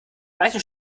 manchen